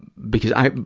because i,